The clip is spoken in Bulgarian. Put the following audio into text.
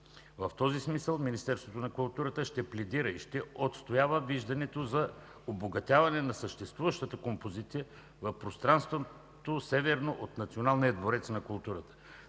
В този смисъл Министерството на културата ще пледира и ще отстоява виждането за обогатяване на съществуващата композиция в пространството северно от Националния дворец на културата